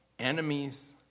enemies